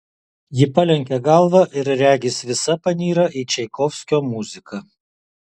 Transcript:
ji palenkia galvą ir regis visa panyra į čaikovskio muziką